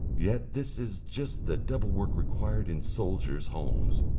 yet this is just the double work required in soldiers' homes,